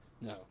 no